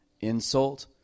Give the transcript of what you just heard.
insult